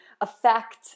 affect